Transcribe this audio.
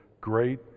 great